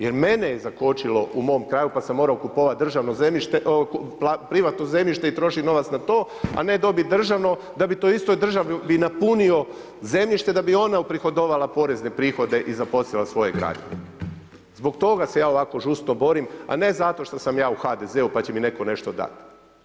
Jer mene je zakočilo u mom kraju, pa sam moramo kupovati državno zemljište, privatno zemljište i trošiti novac na to a ne dobiti državno, da bi to istoj državi bi napunio zemljište, da bi ona uprihodovali porezne prihode i zaposlila svoje … Zbog toga se ja ovako žustro borim, a ne zato što sam ja u HDZ-u, pa će mi netko nešto dati.